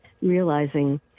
realizing